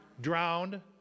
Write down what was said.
drowned